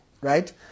Right